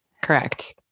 Correct